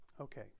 Okay